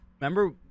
remember